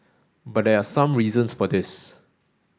but there are some reasons for this